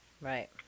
Right